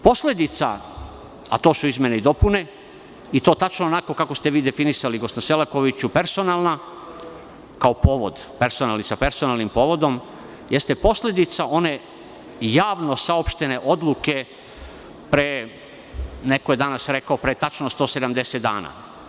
Posledica, a to su izmene i dopune i to tačno onako kako ste definisali gospodine Selakoviću, personalna, kao povodom personalni sa personalnim povodom, jeste posledice one javno saopštene odluke, neko je danas rekao, pre tačno 170 dana.